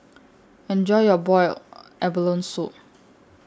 Enjoy your boiled abalone Soup